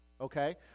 Okay